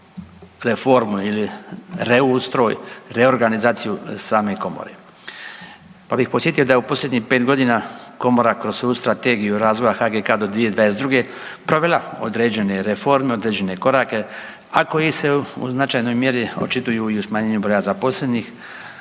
reformu ili reustroj, reorganizaciju same Komore. Pa bih podsjetio da je u posljednjih 5 godina Komora kroz svoju Strategiju razvoja HGK do 2022. provela određene reforme, određene korake, a koji se u značajnoj mjeri očituju i u smanjenju broja zaposlenih